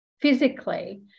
physically